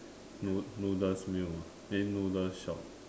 nod~ noodles meal ah eh noodles shop